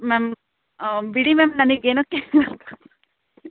ma'am ಬಿಡಿ ma'am ನನಗೆ ಏನೋ